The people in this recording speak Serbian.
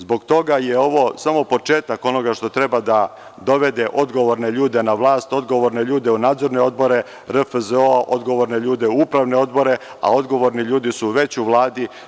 Zbog toga je ovo samo početak onoga što treba da dovede odgovorne ljude na vlast, odgovorne ljude u nadzorne odbore RFZO, odgovorne ljude u upravne odbore, a odgovorni ljudi su već u Vladi.